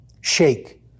Shake